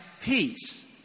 Peace